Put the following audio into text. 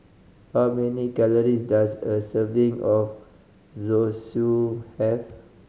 how many calories does a serving of Zosui have